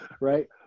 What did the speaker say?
right